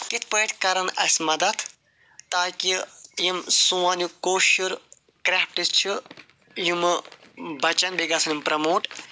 کِتھٕ پٲٹھۍ کَرن اَسہِ مَدتھ تاکہِ یِم سون یہِ کٲشُر کرٛیفٹہٕ چھِ یِمہٕ بچن بیٚیہِ گَژھن یِم پرٮ۪موٹ